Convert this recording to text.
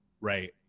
right